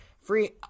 free